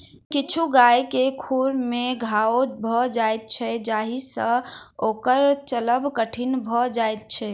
किछु गाय के खुर मे घाओ भ जाइत छै जाहि सँ ओकर चलब कठिन भ जाइत छै